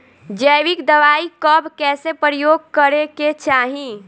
जैविक दवाई कब कैसे प्रयोग करे के चाही?